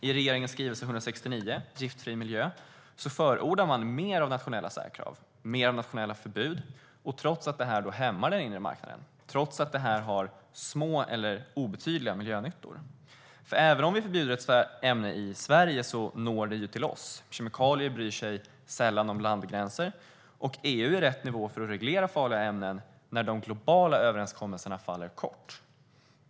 I regeringens skrivelse 169, Giftfri vardag , förordar man mer av nationella särkrav och nationella förbud, trots att detta hämmar den inre marknaden och har liten eller obetydlig miljönytta. Även om vi förbjuder ett ämne i Sverige når det oss. Kemikalier bryr sig sällan om landgränser. EU är rätt nivå för att reglera farliga ämnen när de globala överenskommelserna inte når hela vägen.